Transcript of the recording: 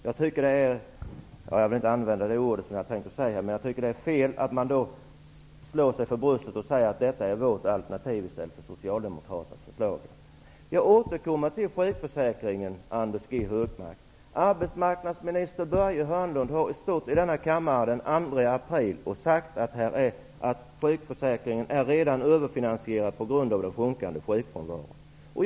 Jag tycker att det är fel att man slår sig för bröstet och säger att detta är vårt alternativ till Socialdemokraternas förslag. Jag återkommer till sjukförsäkringen. Arbetsmarknadsminister Börje Hörnlund stod i denna kammaren den 2 april och sade att sjukförsäkringen redan är överfinansierad på grund av den sjunkande sjukfrånvaron.